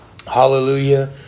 hallelujah